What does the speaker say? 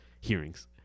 hearings